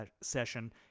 session